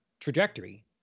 trajectory